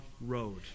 road